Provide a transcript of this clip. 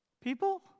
people